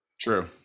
True